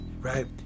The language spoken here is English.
right